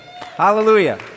hallelujah